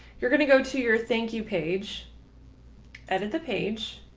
you're going to go to your thank you page editor page.